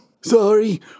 Sorry